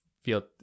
feel